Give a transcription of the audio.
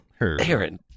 Aaron